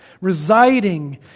residing